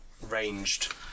ranged